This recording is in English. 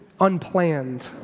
unplanned